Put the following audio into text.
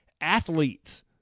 athletes